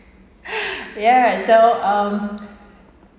ya so um